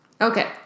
Okay